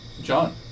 John